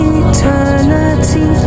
eternity